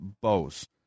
Bose